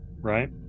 right